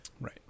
Right